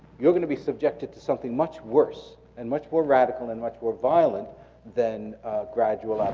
you're gonna be subjected to something much worse, and much more radical, and much more violent than gradual